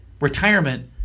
Retirement